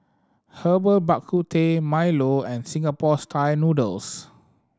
Herbal Bak Ku Teh Milo and Singapore Style Noodles